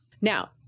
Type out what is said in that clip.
Now